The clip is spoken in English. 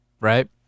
right